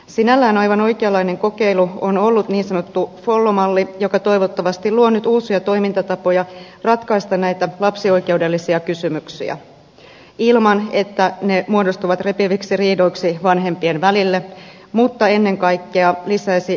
sinällään aivan oikeanlainen kokeilu on ollut niin sanottu follo malli joka toivottavasti luo nyt uusia toimintatapoja ratkaista näitä lapsioi keudellisia kysymyksiä ilman että ne muodostuvat repiviksi riidoiksi vanhempien välille mutta ennen kaikkea lisäten lasten etua